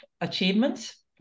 achievements